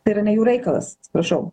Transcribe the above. tai yra ne jų reikalas prašau